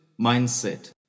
mindset